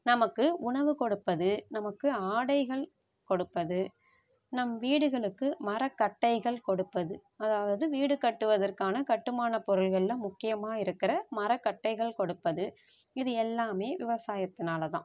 நமக்கு உணவு கொடுப்பது நமக்கு ஆடைகள் கொடுப்பது நம் வீடுகளுக்கு மர கட்டைகள் கொடுப்பது அதாவது வீடு கட்டுவதற்கான கட்டுமான பொருள்களில் முக்கியமாக இருக்கிற மர கட்டைகள் கொடுப்பது இது எல்லாமே விவசாயத்தினாலதான்